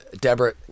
Deborah